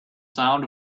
sound